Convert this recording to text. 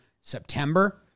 September